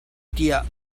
tiah